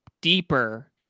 deeper